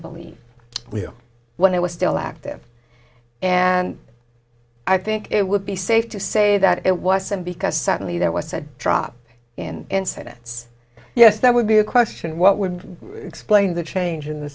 believe when it was still active and i think it would be safe to say that it wasn't because suddenly there was a drop in incidents yes that would be a question what would explain the change in the